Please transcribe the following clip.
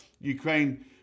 Ukraine